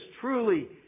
Truly